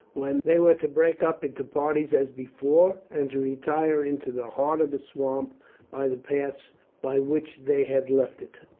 when they were to break up into parties as before, and to retire into the heart of the swamp by the paths by which they had left it.